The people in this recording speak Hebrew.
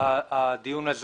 שהדיון הזה